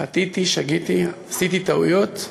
חטאתי, שגיתי, עשיתי טעויות.